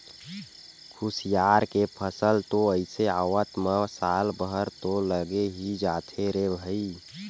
खुसियार के फसल तो अइसे आवत म साल भर तो लगे ही जाथे रे भई